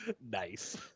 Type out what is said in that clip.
nice